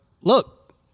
look